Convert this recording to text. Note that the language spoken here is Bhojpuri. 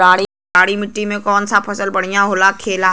क्षारीय मिट्टी में कौन फसल बढ़ियां हो खेला?